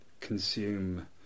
consume